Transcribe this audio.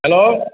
hello